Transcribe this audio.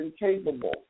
incapable